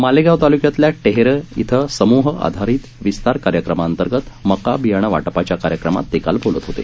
मालेगाव तालूक्यातल्या टेहरे इथं समूह आधारित विस्तार कार्यक्रमा अंतर्गत मका बियाणं वाटपाच्या कार्यक्रमात ते काल बोलत होते